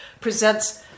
presents